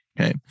Okay